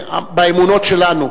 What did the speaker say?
לפגוע באמונות שלנו.